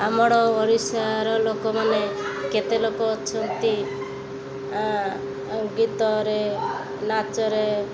ଆମର ଓଡ଼ିଶାର ଲୋକମାନେ କେତେ ଲୋକ ଅଛନ୍ତି ଆଉ ଗୀତରେ ନାଚରେ